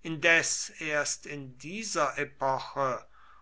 indes erst in dieser epoche